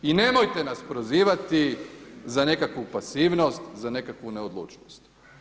I nemojte nas prozivati za nekakvu pasivnost, za nekakvu neodlučnost.